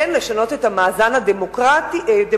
לשנות את המאזן הדמוגרפי,